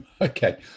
Okay